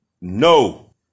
No